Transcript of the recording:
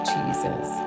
Jesus